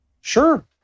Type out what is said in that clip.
Sure